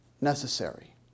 necessary